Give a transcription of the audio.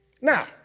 Now